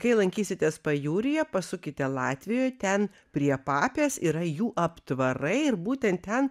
kai lankysitės pajūryje pasukite latvijoj ten prie papės yra jų aptvarai ir būtent ten